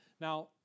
Now